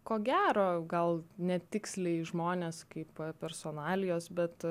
ko gero gal netiksliai žmonės kaip personalijos bet